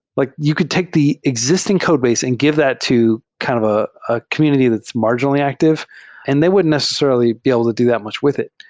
like you could take the exis ting codebase and give that to kind of ah a community that's marginally active and they wouldn't necessarily be able to do that much with it.